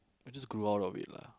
I just grew out of it lah